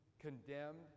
condemned